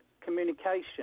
communication